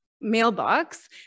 mailbox